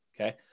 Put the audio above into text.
Okay